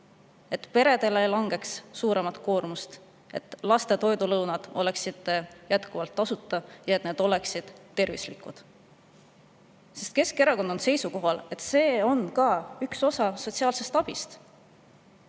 et peredele ei langeks suuremat koormust, et laste koolilõunad oleksid jätkuvalt tasuta ja need oleksid tervislikud. Keskerakond on seisukohal, et see on üks osa sotsiaalsest abist.